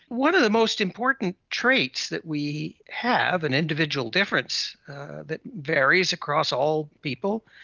one of the most important traits that we have, an individual difference that varies across all people,